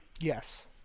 Yes